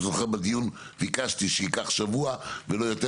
אתה זוכר בדיון ביקשתי שייקח שבוע ולא יותר,